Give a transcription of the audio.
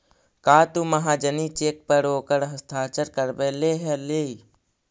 का तु महाजनी चेक पर ओकर हस्ताक्षर करवले हलहि